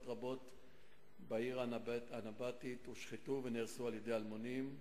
רבות בעיר הנבטית הושחתו ונהרסו על-ידי אלמונים,